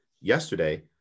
yesterday